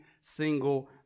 single